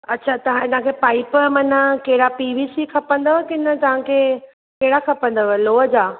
अच्छा तां हिन खे पाइप माना कहिड़ा पी वी सी खपंदा कि न तव्हांखे कहिड़ा खपंदा लोह जा